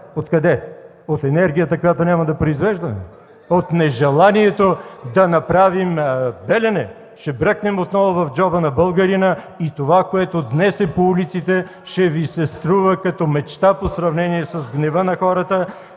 Откъде? От енергията, която няма да произвеждаме? (Шум и реплики от ГЕРБ.) От нежеланието да направим „Белене” ще бръкнем отново в джоба на българина и това, което днес е по улиците, ще Ви се струва като мечта в сравнение с гнева на хората,